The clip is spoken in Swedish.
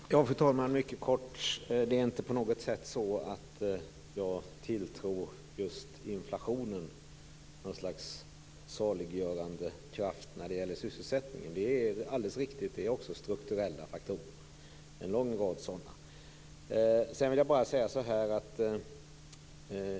Fru talman! Jag skall fatta mig mycket kort. Det är inte på något sätt så att jag tilltror just inflationen som något slags saliggörande kraft när det gäller sysselsättningen. Det är alldeles riktigt att det också handlar om strukturella faktorer, en lång rad sådana.